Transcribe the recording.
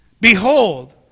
Behold